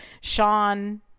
Sean